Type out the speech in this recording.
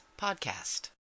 podcast